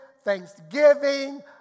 thanksgiving